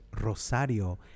rosario